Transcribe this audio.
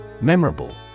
Memorable